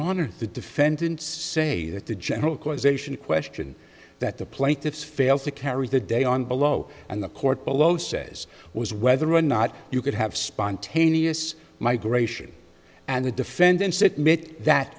honor the defendants say that the general causation question that the plaintiffs failed to carry the day on below and the court below says was whether or not you could have spontaneous migration and the defendants